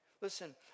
Listen